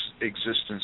existence